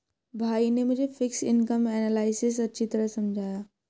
भाई ने मुझे फिक्स्ड इनकम एनालिसिस अच्छी तरह समझाया